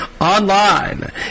online